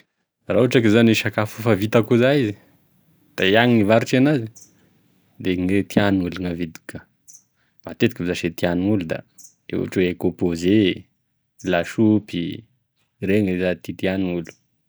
Raha ohatra ka zany sakafo efa vita akoiza izy da iaho gne hivarotry enazy ,da gne tianolo gn'avidiko ka, matetiky zash e tianolo ohatra hoe kopoze, lasopy, iregny zany e tiatian'olo.